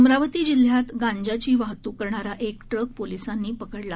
अमरावती जिल्ह्यात गांजाची वाहतूक करणारा एक ट्रक पोलिसांनी पकडला